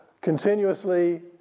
continuously